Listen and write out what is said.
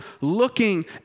looking